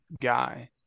guy